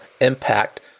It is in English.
impact